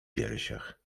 piersiach